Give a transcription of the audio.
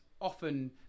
often